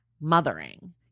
mothering